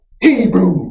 Hebrew